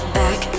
back